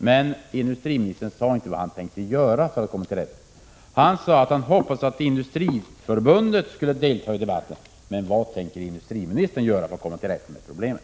Men industriministern sade inte vad han tänkte göra för att komma till rätta med problemen. Han sade att han hade hoppats att Industriförbundet skulle ha deltagit i debatten. Men vad tänker industriministern göra för att komma till rätta med problemen?